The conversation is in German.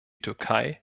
türkei